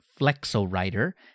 flexo-writer